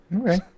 Okay